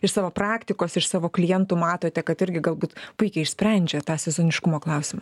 iš savo praktikos iš savo klientų matote kad irgi galbūt puikiai išsprendžia tą sezoniškumo klausimą